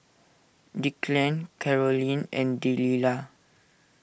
Declan Karolyn and Delilah